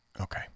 Okay